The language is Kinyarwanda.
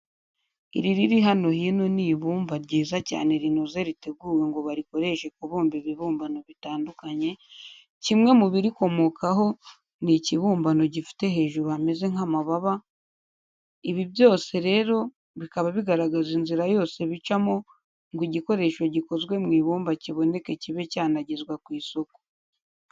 Iri riri hano hino ni ubumba ryiza cyane rinoze riteguwe ngo barikoreshe babumba ibibumbano bitandukanye, kimwe mu birikomokaho ni iki kibumbano gifite hejuru hameze nk'amababa, ibi byose rero bikaba bigaragaza inzira yose bicamo ngo igikoresho gikozwe mu ibumba kiboneke kibe cyanagezwa ku isoko.